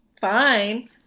fine